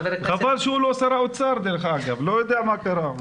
חבל שהוא לא שר האוצר, דרך אגב, לא יודע מה קרה.